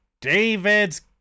David's